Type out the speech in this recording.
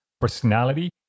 personality